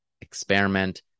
experiment